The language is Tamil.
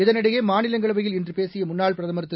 இதனிடையே மாநிலங்களவையில் இன்று பேசிய முன்னாள் பிரதமர் திரு